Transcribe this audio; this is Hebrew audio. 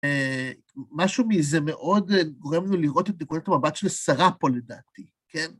משהו מזה מאוד גורם לנו לראות את נקודת המבט של שרה פה לדעתי, כן?